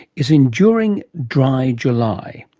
is enduring dry july.